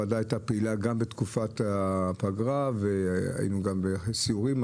הוועדה הייתה פעילה גם בתקופת הפגרה והיינו גם בסיורים.